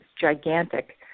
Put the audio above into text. gigantic